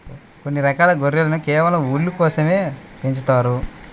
కొన్ని రకాల గొర్రెలను కేవలం ఊలు కోసమే పెంచుతారు